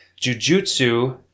Jujutsu